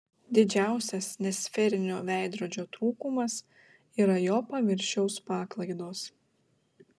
didžiausias nesferinio veidrodžio trūkumas yra jo paviršiaus paklaidos